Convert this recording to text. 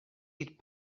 waited